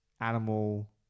animal